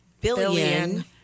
billion